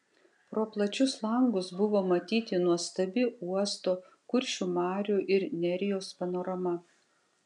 pro plačius langus buvo matyti nuostabi uosto kuršių marių ir nerijos panorama